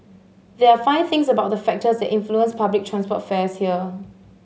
there are five things about the factors that influence public transport fares here